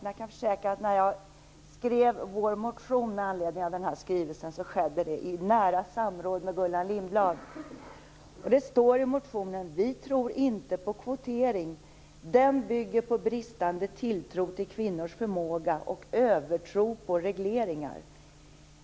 Men jag kan försäkra att när jag skrev vår motion med anledning av denna skrivelse, skedde det i nära samråd med Gullan Linblad. Det står i motionen: Vi tror inte på kvotering. Den bygger på bristande tilltro till kvinnors förmåga och övertro på regleringar.